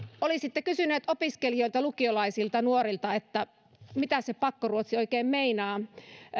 olisitte kysyneet opiskelijoilta lukiolaisilta nuorilta mitä se pakkoruotsi oikein meinaa